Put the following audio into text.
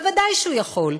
בוודאי שהוא יכול.